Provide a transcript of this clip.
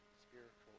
spiritual